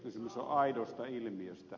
kysymys on aidosta ilmiöstä